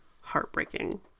heartbreaking